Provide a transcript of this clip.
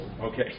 okay